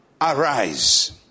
arise